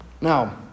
Now